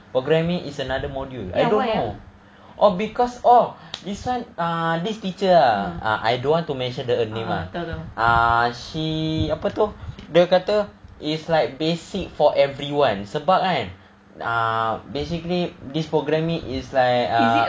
programming is another module I don't know orh because orh this [one] err this teacher ah I don't want to mention the name ah ah she apa tu dia kata is like basic for everyone sebab kan err basically this programming is like err